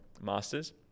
master's